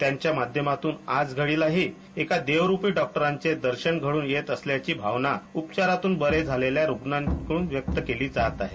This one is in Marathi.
त्यांच्या माध्यमातून आज गडीलाही एका देवरुपी डॉक्टरांचे दर्शन घडून येत असल्याची भावना उपचारातून बरे झालेल्या रुग्णांतून व्यक्त केली जात आहे